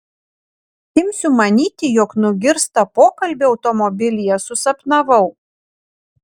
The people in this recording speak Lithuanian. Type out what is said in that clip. imsiu manyti jog nugirstą pokalbį automobilyje susapnavau